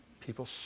People